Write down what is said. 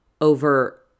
over